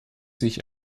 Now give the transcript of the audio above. sich